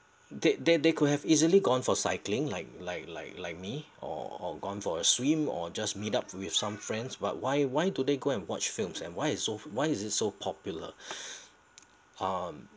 they they they could have easily gone for cycling like like like like me or or gone for a swim or just meet up with some friends but why why do they go and watch films and why is so why is it so popular um